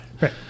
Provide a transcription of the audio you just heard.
Right